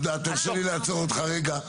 יהודה, תרשה לי לעצור אותך רגע.